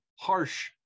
harsh